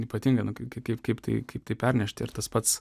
ypatinga kaip kaip kaip tai kaip tai pernešti ir tas pats